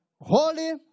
Holy